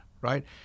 right